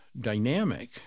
dynamic